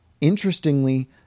Interestingly